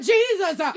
Jesus